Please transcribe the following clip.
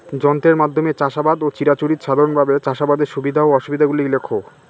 যন্ত্রের মাধ্যমে চাষাবাদ ও চিরাচরিত সাধারণভাবে চাষাবাদের সুবিধা ও অসুবিধা গুলি লেখ?